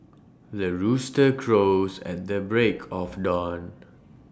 the rooster crows at the break of dawn